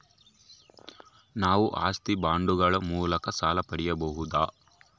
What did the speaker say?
ನಾವು ಆಸ್ತಿ ಬಾಂಡುಗಳ ಮೂಲಕ ಸಾಲ ಪಡೆಯಬಹುದಾ?